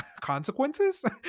consequences